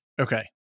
Okay